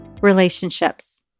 relationships